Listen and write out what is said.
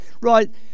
Right